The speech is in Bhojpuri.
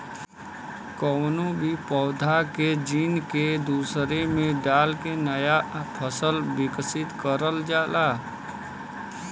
कउनो भी पौधा के जीन के दूसरे में डाल के नया फसल विकसित करल जाला